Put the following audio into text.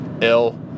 ill